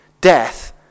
death